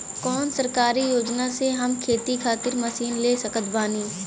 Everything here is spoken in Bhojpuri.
कौन सरकारी योजना से हम खेती खातिर मशीन ले सकत बानी?